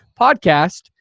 podcast